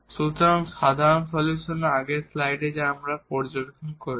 সুতরাং সাধারণ সলিউশনেও আগের স্লাইডে যা আমরা পর্যবেক্ষণ করেছি